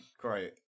great